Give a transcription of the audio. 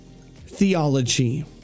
theology